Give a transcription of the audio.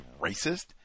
racist